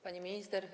Pani Minister!